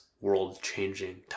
world-changing